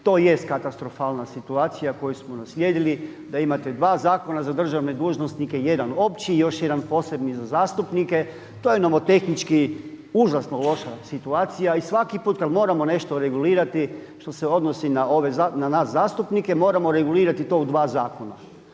To jest katastrofalna situacija koju smo naslijedili da imate dva zakona za državne dužnosnike, jedan opći i još jedan posebni za zastupnike. To je nomotehnički užasno loša situacija i svaki puta kada moramo nešto regulirati što se odnosi na nas zastupnike moramo regulirati to u dva zakona.